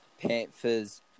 Panthers